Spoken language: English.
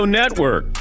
network